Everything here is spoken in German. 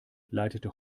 leitete